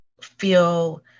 feel